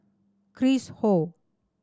Chris Ho